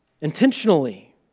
intentionally